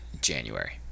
January